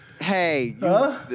Hey